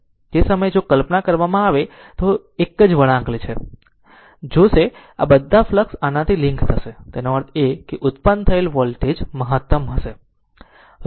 તે સમયે જો જો કલ્પના કરવામાં આવે તો તે એક જ વળાંક છે જોશે બધા ફ્લક્ષ આનાથી લિંક થશે તેનો અર્થ એ કે ઉત્પન્ન થયેલ વોલ્ટેજ મહત્તમ હશે